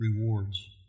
rewards